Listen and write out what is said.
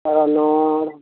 ᱨᱚᱱᱚᱲ